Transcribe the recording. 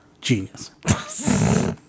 Genius